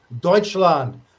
Deutschland